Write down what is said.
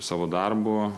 savo darbu